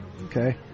Okay